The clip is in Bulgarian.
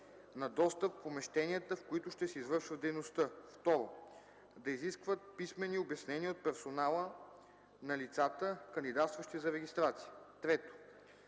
на достъп в помещенията, в които ще се извършва дейността; 2. да изискват писмени обяснения от персонала на лицата, кандидатстващи за регистрация; 3.